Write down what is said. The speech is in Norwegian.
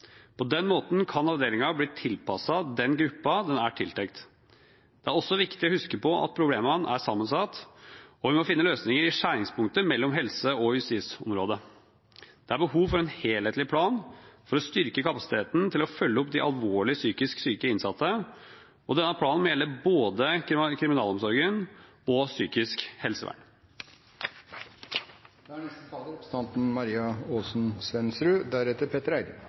På den måten kan avdelingen bli tilpasset den gruppen den er tiltenkt. Det er også viktig å huske på at problemene er sammensatt, og vi må finne løsninger i skjæringspunktet mellom helseområdet og justisområdet. Det er behov for en helhetlig plan for å styrke kapasiteten til å følge opp de alvorlig psykisk syke innsatte, og denne planen må gjelde både kriminalomsorgen og psykisk helsevern. Det er en merkelig opplevelse å lytte til representanten